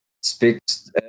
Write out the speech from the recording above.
speaks